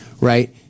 right